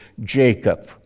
Jacob